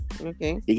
Okay